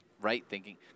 right-thinking